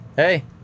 Hey